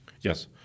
Yes